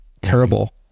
terrible